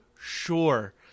sure